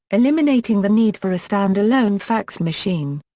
eliminating the need for a stand-alone fax machine.